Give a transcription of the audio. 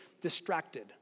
distracted